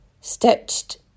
Stitched